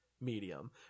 medium